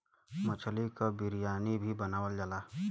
मछली क बिरयानी भी बनावल जाला